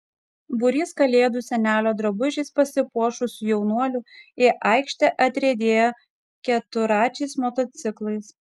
būrys kalėdų senelio drabužiais pasipuošusių jaunuolių į aikštę atriedėjo keturračiais motociklais